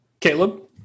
Caleb